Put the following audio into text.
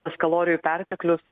tas kalorijų perteklius